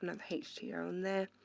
another h two yeah on there,